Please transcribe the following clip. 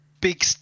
big